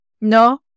No